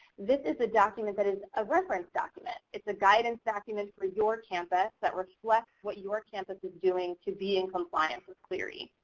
this is a document that is a reference document. it's a guidance document for your campus that reflects what your campus is doing to be in compliance clery.